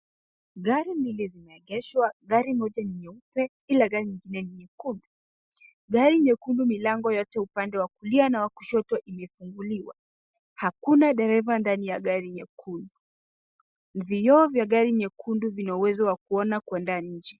Gari hili limeegeshwa, gari moja ni nyeupe ila gari nyingine ni nyekundu. Gari nyekundu milango yote upande wa kulia na wa kushoto imefunguliwa. Hakuna dereva ndani ya gari nyekundu. Vyioo vya gari yekundu vina uwezo wa kuona kwenda nje.